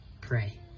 pray